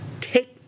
Take